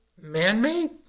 man-made